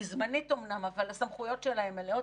היא זמנית אומנם אבל הסמכויות שלה הן מלאות,